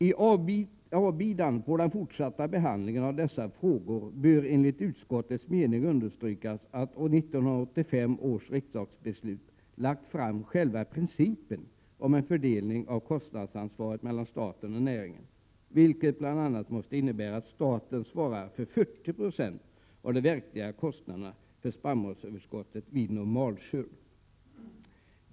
”I avbidan på den fortsatta behandlingen av dessa frågor bör enligt utskottets mening understrykas att 1985 års riksdagsbeslut lagt fram själva principen om en fördelning av kostnadsansvaret mellan staten och näringen, vilket bl.a. måste innebära att staten svarar för 40 96 av de verkliga kostnaderna för spannmålsöverskottet vid normalskörd.